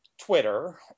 Twitter